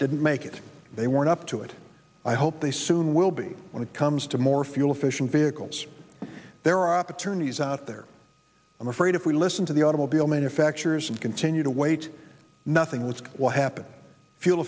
didn't make it they weren't up to it i hope they soon will be when it comes to more fuel efficient vehicles there are opportunities out there i'm afraid if we listen to automobile manufacturers and continue to wait nothing less will happen fuel